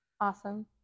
Awesome